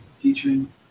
teaching